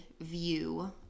view